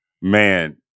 man